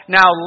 now